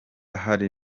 hari